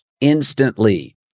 instantly